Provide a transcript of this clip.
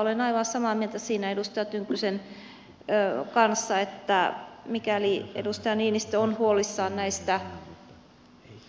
olen aivan samaa mieltä siinä edustaja tynkkysen kanssa että mikäli edustaja niinistö on huolissaan näistä